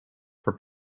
for